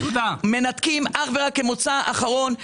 מנתקים אך ורק כמוצא אחרון.